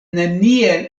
neniel